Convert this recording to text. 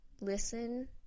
listen